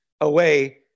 away